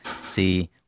see